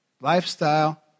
Lifestyle